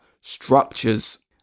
structures